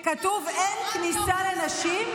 אין כניסה לנשים.